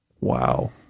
Wow